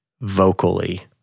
vocally